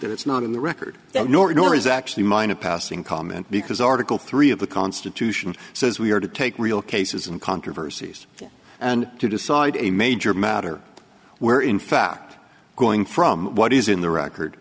that it's not in the record nor is actually mine a passing comment because article three of the constitution says we are to take real cases and controversies and to decide a major matter where in fact going from what is in the record